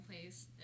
place